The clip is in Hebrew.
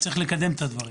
צריך לקדם את הדברים.